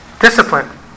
Discipline